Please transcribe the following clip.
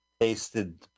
tasted